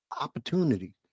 opportunity